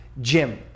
gym